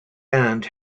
and